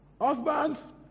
husbands